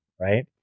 right